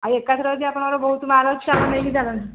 ଆଉ ଏକାଥରେ ଯଦି ଆପଣଙ୍କର ବହୁତ ମାଲ୍ ଅଛି ଆପଣ ନେଇକି ଚାଲନ୍ତୁ